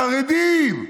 החרדים,